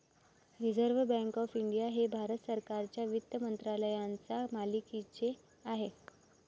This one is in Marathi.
रिझर्व्ह बँक ऑफ इंडिया हे भारत सरकारच्या वित्त मंत्रालयाच्या मालकीचे आहे